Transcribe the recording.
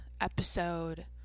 episode